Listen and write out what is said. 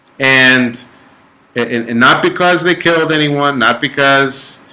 and and and not because they killed anyone not because